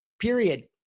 period